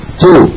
two